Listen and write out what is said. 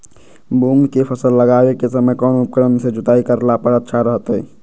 मूंग के फसल लगावे के समय कौन उपकरण से जुताई करला पर अच्छा रहतय?